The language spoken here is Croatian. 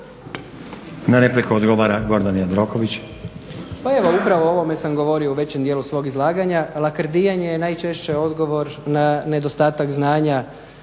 **Jandroković, Gordan (HDZ)** Pa evo upravo o ovome sam govorio u većem dijelu svog izlaganja, lakrdijanje je najčešće odgovor na nedostatak znanja